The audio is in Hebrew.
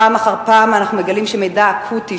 פעם אחר פעם אנחנו מגלים שמידע אקוטי,